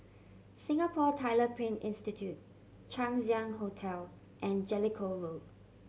Singapore Tyler Print Institute Chang Ziang Hotel and Jellicoe Road